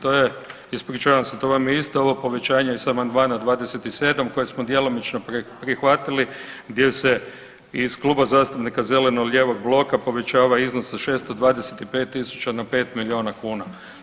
To je, ispričavam se, to vam je isto ove povećanje sa amandmana 27 koje smo djelomično prihvatili gdje se iz Kluba zastupnika zeleno-lijevog bloka povećava iznos sa 625 tisuća na 5 milijuna kuna.